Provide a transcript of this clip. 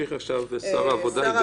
בגלל החשש מהאופן שבו